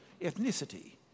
ethnicity